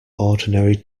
ordinary